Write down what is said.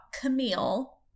Camille